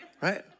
right